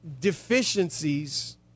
deficiencies